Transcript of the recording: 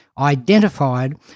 identified